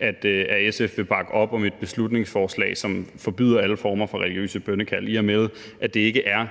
at SF vil bakke op om et beslutningsforslag, som forbyder alle former for religiøse bønnekald, i og med at det ikke er